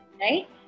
Right